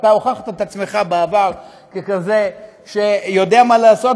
אתה הוכחת את עצמך בעבר ככזה שיודע מה לעשות,